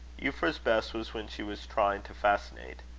euphra's best was when she was trying to fascinate.